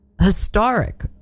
historic